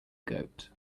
goat